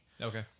Okay